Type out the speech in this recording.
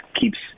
keeps